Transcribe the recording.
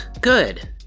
good